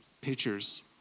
pictures